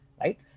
right